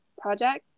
project